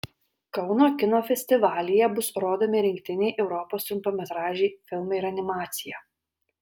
kauno kino festivalyje bus rodomi rinktiniai europos trumpametražiai filmai ir animacija